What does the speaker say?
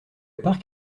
parc